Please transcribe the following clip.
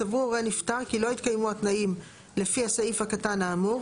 סברו הורי הנפטר כי לא התקיימו התנאים לפי הסעיף הקטן האמור,